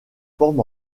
forme